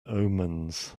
omens